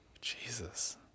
Jesus